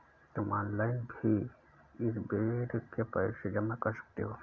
तुम ऑनलाइन भी इस बेड के पैसे जमा कर सकते हो